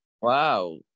Wow